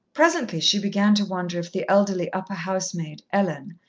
presently she began to wonder if the elderly upper-housemaid, ellen,